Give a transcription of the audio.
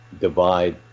divide